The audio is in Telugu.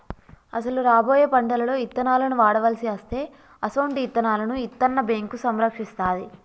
అసలు రాబోయే పంటలలో ఇత్తనాలను వాడవలసి అస్తే అసొంటి ఇత్తనాలను ఇత్తన్న బేంకు సంరక్షిస్తాది